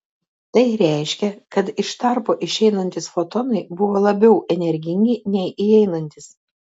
tai reiškia kad iš tarpo išeinantys fotonai buvo labiau energingi nei įeinantys